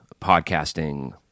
podcasting